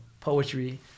poetry